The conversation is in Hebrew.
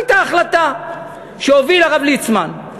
הייתה החלטה שהוביל הרב ליצמן.